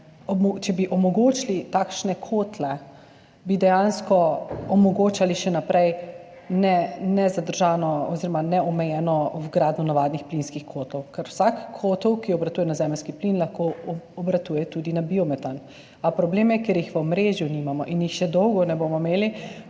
Če bi omogočili takšne kotle, bi dejansko omogočali še naprej nezadržano oziroma neomejeno vgradnjo navadnih plinskih kotov, ker vsak kotel, ki obratuje na zemeljski plin, lahko obratuje tudi na biometan. A problem je, ker jih nimamo v omrežju in jih še dolgo ne bomo imeli,